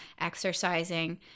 exercising